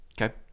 Okay